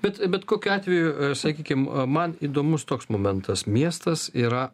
bet bet kokiu atveju sakykim man įdomus toks momentas miestas yra